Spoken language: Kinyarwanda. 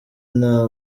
nta